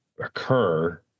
occur